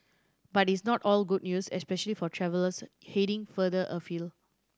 but it's not all good news especially for travellers heading farther afield